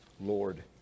Lord